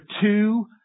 two